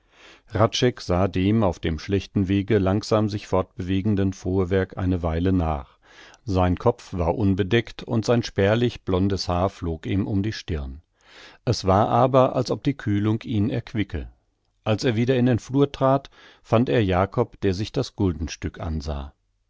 sah dem auf dem schlechten wege langsam sich fortbewegenden fuhrwerk eine weile nach sein kopf war unbedeckt und sein spärlich blondes haar flog ihm um die stirn es war aber als ob die kühlung ihn erquicke als er wieder in den flur trat fand er jakob der sich das guldenstück ansah